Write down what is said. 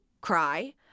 cry